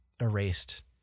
erased